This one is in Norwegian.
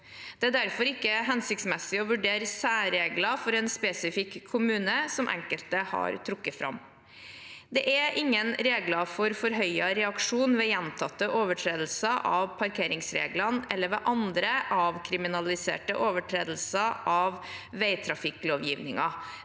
Det er derfor ikke hensiktsmessig å vurdere særregler for en spesifikk kommune, som enkelte har trukket fram. Det er ingen regler for forhøyet reaksjon ved gjentatte overtredelser av parkeringsreglene eller ved andre avkriminaliserte overtredelser av vegtrafikklovgivningen.